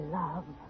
love